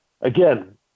Again